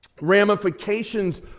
ramifications